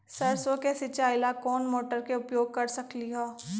सरसों के सिचाई ला कोंन मोटर के उपयोग कर सकली ह?